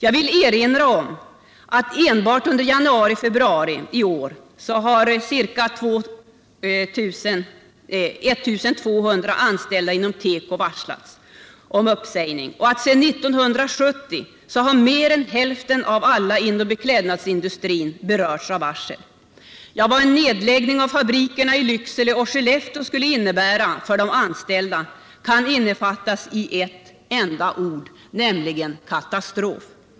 Jag vill erinra om att enbart under januari-februari i år har ca 1 200 anställda inom teko varslats om uppsägning och att sedan 1970 mer än hälften av alla inom beklädnadsindustrin berörts av varsel. Vad en nedläggning av fabrikerna i Lycksele och Skellefteå skulle innebära för de anställda kan innefattas i ett enda ord, nämligen katastrof.